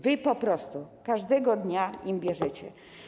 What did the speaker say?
Wy po prostu każdego dnia im zabieracie.